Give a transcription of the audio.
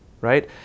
right